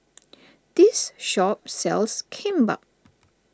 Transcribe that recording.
this shop sells Kimbap